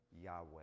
Yahweh